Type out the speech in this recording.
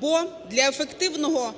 бо для ефективного